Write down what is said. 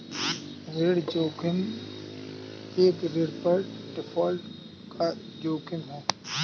ऋण जोखिम एक ऋण पर डिफ़ॉल्ट का जोखिम है